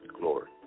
glory